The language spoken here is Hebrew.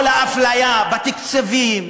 כל האפליה בתקציבים,